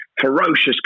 ferocious